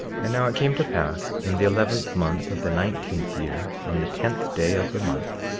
and now it came to pass in the eleventh month of the nineteenth year, on the tenth day of the month,